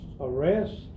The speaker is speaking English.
arrest